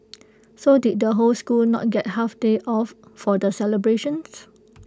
so did the whole school not get half day off for the celebrations